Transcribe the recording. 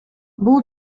бул